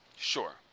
Sure